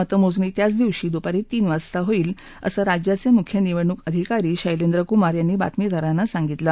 मतमोजणी त्याच दिवशी दुपारी तीन वाजता होईल असं राज्याचे मुख्य निवडणूक अधिकारी शैलेंद्र कुमार यांनी बातमीदारांना सांगितलं